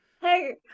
Hey